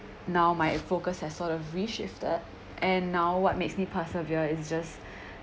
now my focus has sort of reshifted and now what makes me persevere is just